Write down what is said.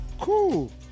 Cool